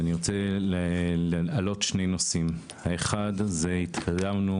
אני רוצה להעלות שני נושאים: ראשית, התקדמנו,